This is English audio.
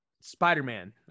Spider-Man